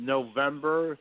November